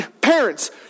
Parents